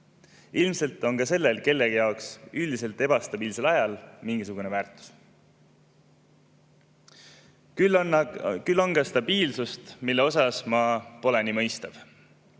Ilmselt on ka sellel kellegi jaoks üldiselt ebastabiilsel ajal mingisugune väärtus. Küll on ka stabiilsust, mille suhtes ma pole nii mõistev.